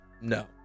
no